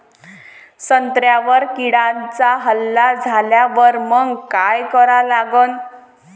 संत्र्यावर किड्यांचा हल्ला झाल्यावर मंग काय करा लागन?